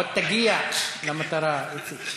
עוד תגיע למטרה, איציק.